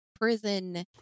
prison